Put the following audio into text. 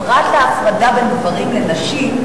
פרט להפרדה בין גברים לנשים,